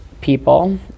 people